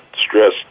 Stress